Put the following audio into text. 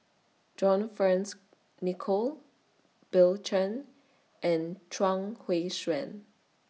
John Fearns Nicoll Bill Chen and Chuang Hui Tsuan